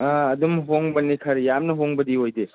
ꯑꯥ ꯑꯗꯨꯝ ꯍꯣꯡꯕꯅꯤ ꯈꯔ ꯌꯥꯝꯅ ꯍꯣꯡꯕꯗꯤ ꯑꯣꯏꯗꯦ